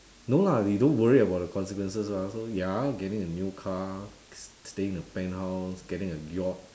no lah we don't worry about the consequences ah so ya getting a new car staying in a penthouse getting a yacht